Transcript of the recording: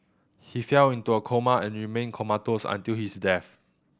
he fell into a coma and remained comatose until his death